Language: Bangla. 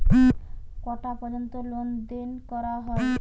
কটা পর্যন্ত লেন দেন করা য়ায়?